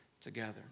together